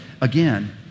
again